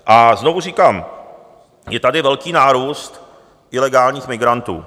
A znovu říkám, je tady velký nárůst ilegálních migrantů.